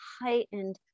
heightened